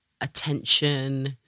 attention